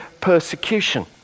persecution